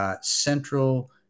Central